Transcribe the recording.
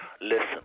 listen